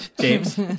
James